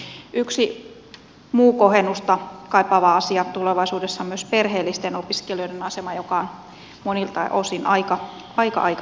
yksi muu kohennusta kaipaava asia tulevaisuudessa on perheellisten opiskelijoiden asema joka monilta osin on aika haasteellinen